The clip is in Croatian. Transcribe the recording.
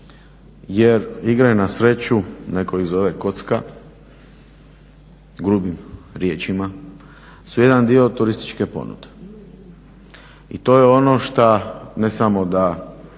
Jer igre na sreću, netko ih zove kocka grubim riječima su jedan dio turističke ponude. I to je ono šta ne samo da